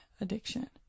addiction